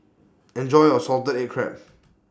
Enjoy your Salted Egg Crab